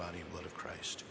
body of christ